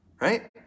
right